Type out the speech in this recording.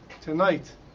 tonight